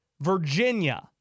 Virginia